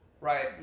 right